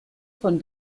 von